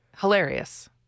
Hilarious